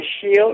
shield